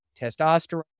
testosterone